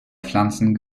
pflanzen